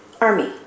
Army